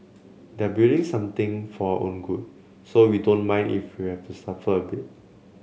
they're building something for our own good so we don't mind if we have to suffer a bit